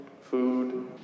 food